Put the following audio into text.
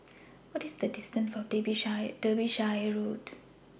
What IS The distance to Derbyshire Road